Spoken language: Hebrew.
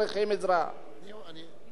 ולכן,